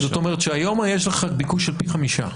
זאת אומרת שהיום יש לך ביקוש של פי חמישה.